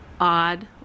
odd